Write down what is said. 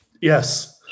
Yes